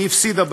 היא הפסידה בהן.